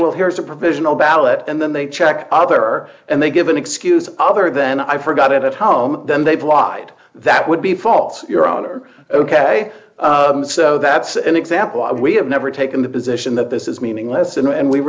well here is a provisional ballot and then they check other and they give an excuse other than i forgot it at home then they've lied that would be fault your honor ok so that's an example of we have never taken the position that this is meaningless and